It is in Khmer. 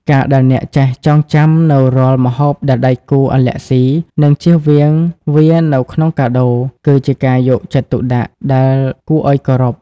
ការដែលអ្នកចេះចងចាំនូវរាល់ម្ហូបដែលដៃគូអាឡែហ្ស៊ី និងចៀសវាងវានៅក្នុងកាដូ គឺជាការយកចិត្តទុកដាក់ដែលគួរឱ្យគោរព។